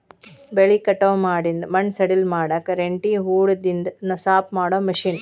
ಬೆಳಿ ಕಟಾವ ಮಾಡಿಂದ ಮಣ್ಣ ಸಡಿಲ ಮಾಡಾಕ ರೆಂಟಿ ಹೊಡದಿಂದ ಸಾಪ ಮಾಡು ಮಿಷನ್